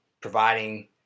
providing